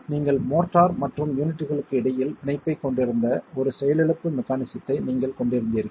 நீங்கள் மோர்ட்டார் மற்றும் யூனிட்களுக்கு இடையில் பிணைப்பைக் கொண்டிருந்த ஒரு செயலிழப்பு மெக்கானிசத்தை நீங்கள் கொண்டிருந்தீர்கள்